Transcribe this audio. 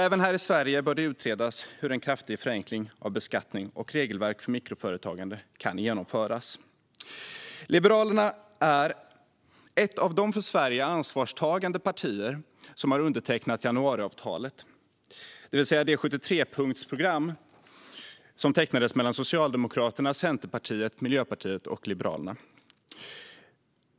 Även här i Sverige bör det utredas hur en kraftig förenkling av beskattning och regelverk för mikroföretagande kan genomföras. Liberalerna är ett av de för Sverige ansvarstagande partier som har undertecknat januariavtalet, det vill säga det 73-punktsprogram som tecknades mellan Socialdemokraterna, Centerpartiet, Miljöpartiet och Liberalerna.